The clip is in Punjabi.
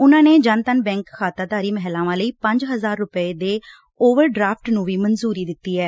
ਉਨੂਾਂ ਨੇ ਜਨਧਨ ਬੈਂਕ ਖਾਤਾਧਾਰੀ ਮਹਿਲਾਵਾਂ ਲਈ ਪੰਜ ਹਜ਼ਾਰ ਰੁਪੈ ਦੇ ਉਵਰਡਰਾਫਟ ਨੂੰ ਵੀ ਮਨਜੂਰੀ ਦਿੱਤੀ ਐ